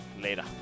Later